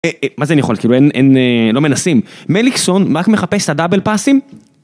מה זה אני יכול, כאילו אין, לא מנסים, מליקסון מה רק מחפש את הדאבל פאסים